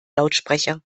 lautsprecher